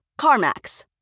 CarMax